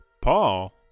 Paul